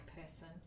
person